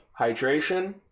hydration